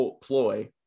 ploy